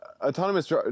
autonomous